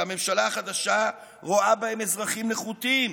כי הממשלה החדשה רואה בהם אזרחים נחותים